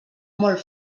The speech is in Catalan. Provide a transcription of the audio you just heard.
molt